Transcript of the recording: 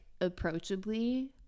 approachably